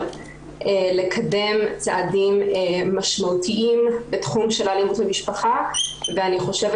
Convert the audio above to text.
לקדם צעדים משמעותיים בתחום של אלימות במשפחה ואני חושבת